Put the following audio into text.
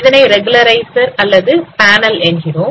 இதனை ரெகுலைசர் அல்லது பேனல் என்கிறோம்